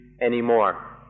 anymore